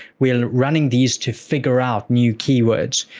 we are running these to figure out new keywords.